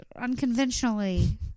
unconventionally